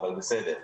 אבל בסדר,